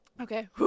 Okay